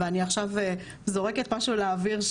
ואני עכשיו זורקת משהו לאוויר,